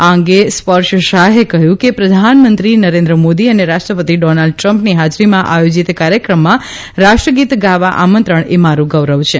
આ અંગે સ્પર્શ શાહે કહયું કે પ્રધાનમંત્રી મોદી અને રાષ્ટ્રપતિ ડોનાલ્ડ ટ્રમ્પની હાજરીમાં આયોજીત કાર્યક્રમમાં રાષ્ટ્રગીત ગાવા આમંત્રણ એ મારૂ ગૌરવ છે